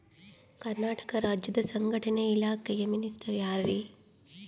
ಕರ್ನಾಟಕ ರಾಜ್ಯದ ಸಂಘಟನೆ ಇಲಾಖೆಯ ಮಿನಿಸ್ಟರ್ ಯಾರ್ರಿ?